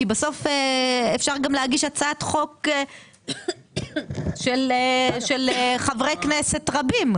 כי בסוף אפשר להגיש גם הצעת חוק של חברי כנסת רבים.